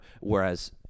whereas